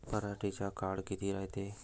पराटीचा काळ किती रायते?